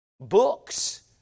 Books